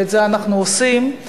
ואת זה אנחנו עושים,